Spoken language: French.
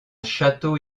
château